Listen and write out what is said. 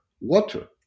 water